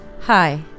Hi